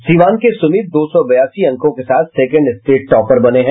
सिवान के सुमित दो सौ बयासी अंको के साथ सेकेंड स्टेट टॉपर बने हैं